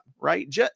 right